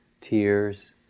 tears